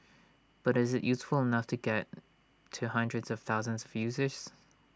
but is IT useful enough to get to hundreds of thousands of users